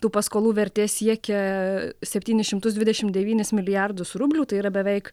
tų paskolų vertė siekia septynis šimtus dvidešimt devynis milijardus rublių tai yra beveik